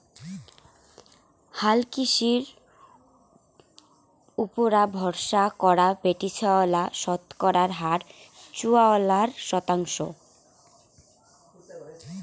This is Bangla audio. হালকৃষির উপুরা ভরসা করা বেটিছাওয়ালার শতকরা হার চুয়াত্তর শতাংশ